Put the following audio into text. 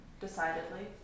decidedly